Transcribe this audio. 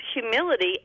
humility